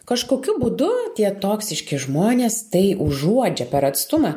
kažkokiu būdu tie toksiški žmonės tai užuodžia per atstumą